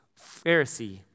Pharisee